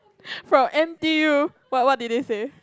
from N_T_U what what did they say